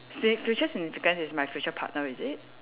si~ future significant is my future partner is it